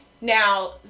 Now